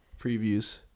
Previews